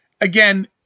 again